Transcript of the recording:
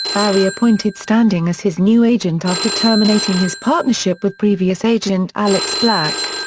barry appointed standing as his new agent after terminating his partnership with previous agent alex black.